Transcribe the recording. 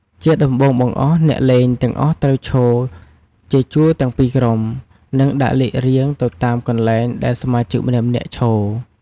ជាដំបូងបង្អស់ អ្នកលេងទាំងអស់ត្រូវ ឈរជាជួរទាំងពីរក្រុម និងដាក់លេខរៀងទៅតាមកន្លែងដែលសមាជិកម្នាក់ៗឈរ។